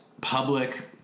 public